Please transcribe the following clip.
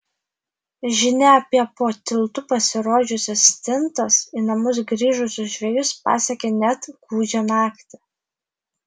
žinia apie po tiltu pasirodžiusias stintas į namus grįžusius žvejus pasiekia net gūdžią naktį